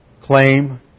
claim